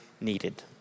needed